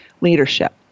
leadership